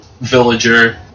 Villager